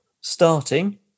starting